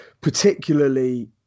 particularly